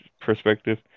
perspective